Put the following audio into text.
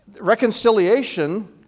reconciliation